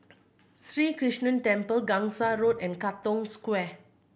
Sri Krishnan Temple Gangsa Road and Katong Square